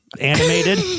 animated